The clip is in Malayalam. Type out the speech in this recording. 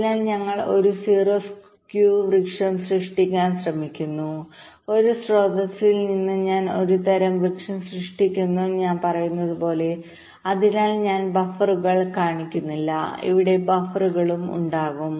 അതിനാൽ ഞങ്ങൾ ഒരു 0 സ്കൂ വൃക്ഷം സൃഷ്ടിക്കാൻ ശ്രമിക്കുന്നു ഒരു സ്രോതസ്സിൽ നിന്ന് ഞാൻ ഒരുതരം വൃക്ഷം സൃഷ്ടിക്കുന്നുവെന്ന് ഞാൻ പറയുന്നത് പോലെ അതിനാൽ ഞാൻ ബഫറുകൾ കാണിക്കുന്നില്ല ഇവിടെ ബഫറുകളും ഉണ്ടാകും